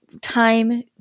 time